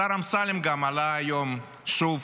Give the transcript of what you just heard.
השר אמסלם גם עלה היום שוב